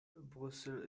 brüssel